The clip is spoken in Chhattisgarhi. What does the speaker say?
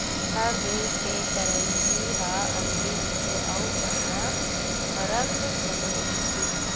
हर देस के करेंसी ह अलगे रहिथे अउ ओमा फरक घलो रहिथे